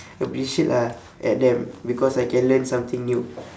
appreciate ah at them because I can learn something new